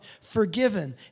forgiven